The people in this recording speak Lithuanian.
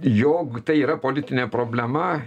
jog tai yra politinė problema